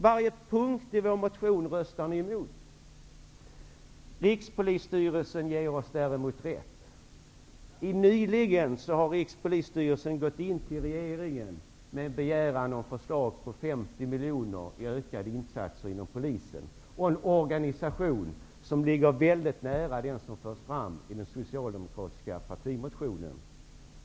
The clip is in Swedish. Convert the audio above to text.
Varje punkt i vår motion röstar ni emot. Rikspolisstyrelsen ger oss däremot rätt. Nyligen har Rikspolisstyrelsen hos regeringen begärt 50 miljoner för ökade insatser inom Polisen och förslag till en organisation som ligger väldigt nära den som förs fram i den socialdemokratiska partimotionen.